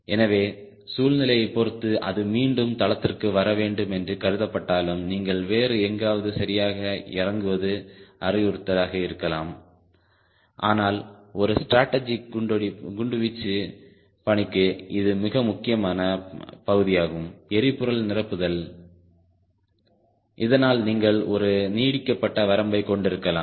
எனவே சூழ்நிலையைப் பொறுத்து அது மீண்டும் தளத்திற்கு வர வேண்டும் என்று கருதப்பட்டாலும் நீங்கள் வேறு எங்காவது சரியாக இறங்குவது அறிவுறுத்தலாக இருக்கலாம் ஆனால் ஒரு ஸ்ட்ராட்டஜிக் குண்டுவீச்சு பணிக்கு இது மிக முக்கியமான பகுதியாகும் எரிபொருள் நிரப்புதல் இதனால் நீங்கள் ஒரு நீட்டிக்கப்பட்ட வரம்பைக் கொண்டிருக்கலாம்